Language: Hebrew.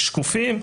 שקופים,